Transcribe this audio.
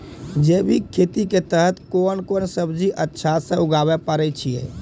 जैविक खेती के तहत कोंन कोंन सब्जी अच्छा उगावय पारे छिय?